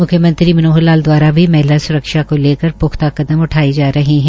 म्ख्यमंत्री मनोहर लाल द्वारा भी महिला स्रक्षा को लकर प्ख्ता कदम उठाये जा रहे है